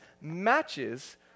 matches